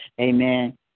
Amen